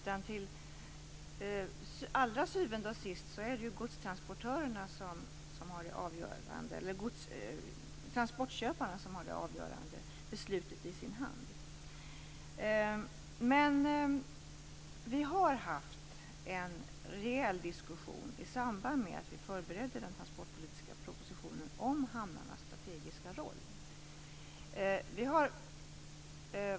Till syvende och sist är det transportköparna som har det avgörande beslutet i sin hand. Men vi har haft en rejäl diskussion om hamnarnas strategiska roll i samband med att vi förberedde den transportpolitiska propositionen.